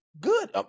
good